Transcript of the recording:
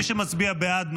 מי שמצביע בעד,